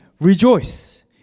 rejoice